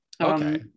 Okay